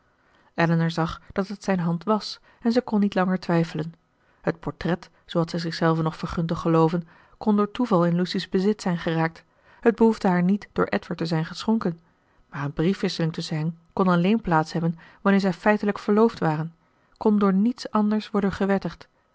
elinor zag dat het zijn hand was en zij kon niet langer twijfelen het portret zoo had zij zichzelve nog vergund te gelooven kon door toeval in lucy's bezit zijn geraakt het behoefde haar niet door edward te zijn geschonken maar een briefwisseling tusschen hen kon alleen plaats hebben wanneer zij feitelijk verloofd waren kon door niets anders worden gewettigd